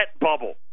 bubble